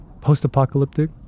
post-apocalyptic